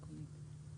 9?